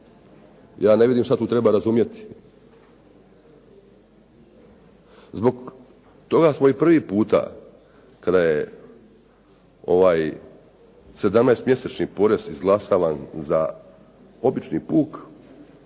Ja ne vidim što tu treba razumjeti. Zbog toga smo, i prvi puta kada je ovaj 17-mjesečni porez izglasavan za obični puk,